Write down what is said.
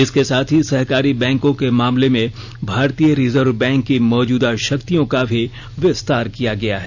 इसके साथ ही सहकारी बैंकों के मामले में भारतीय रिजर्व बैंक की मौजूदा शक्तियों का भी विस्तार किया गया है